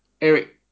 Eric